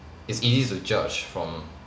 it's easy to judge from